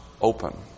open